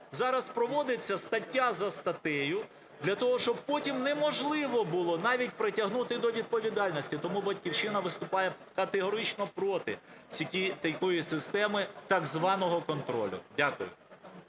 зараз проводиться стаття за статтею для того, щоб потім неможливо було навіть притягнути до відповідальності. Тому "Батьківщина" виступає категорично проти такої системи так званого контролю. Дякую.